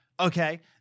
Okay